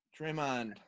Draymond